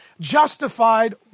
justified